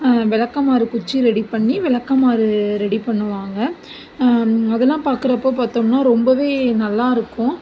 விளக்கமாறு குச்சி ரெடி பண்ணி விளக்கமாறு ரெடி பண்ணுவாங்கள் அதெல்லாம் பார்க்குறப்போ பார்த்தோம்னா ரொம்பவே நல்லா இருக்கும்